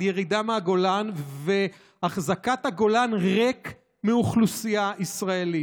ירידה מהגולן והחזקת הגולן ריק מאוכלוסייה ישראלית.